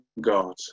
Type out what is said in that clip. God